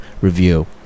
review